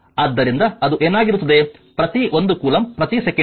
ಆದ್ದರಿಂದಅದು ಏನಾಗಿರುತ್ತದೆ ಪ್ರತಿ 1 ಕೂಲಂಬ್ ಪ್ರತಿ ಸೆಕೆಂಡಿಗೆ